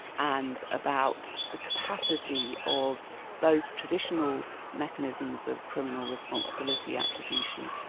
and about the capacity of both traditional mechanisms of criminal responsibility, attribution,